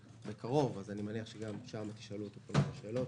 בקרוב ואני מניח שגם אז תשאלו אותן שאלות